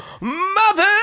Mother